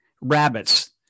rabbits